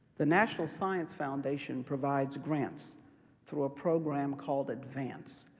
the national science foundation provides grants through a program called advance,